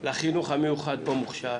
לחינוך המיוחד או המוכש"ר